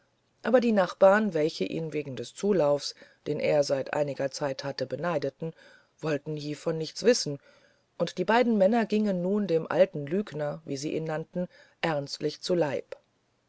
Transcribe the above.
aber die nachbarn welche ihn wegen des zulaufs den er seit einiger zeit hatte beneideten wollten hievon nichts wissen und die beiden männer gingen nun dem alten lügner wie sie ihn nannten ernstlich zu leib